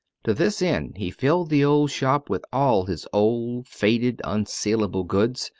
to this end he filled the old shop with all his old, faded, unsalable goods,